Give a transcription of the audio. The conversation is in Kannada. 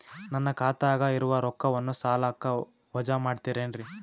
ನನ್ನ ಖಾತಗ ಇರುವ ರೊಕ್ಕವನ್ನು ಸಾಲಕ್ಕ ವಜಾ ಮಾಡ್ತಿರೆನ್ರಿ?